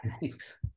thanks